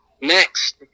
Next